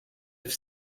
have